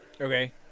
Okay